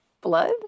blood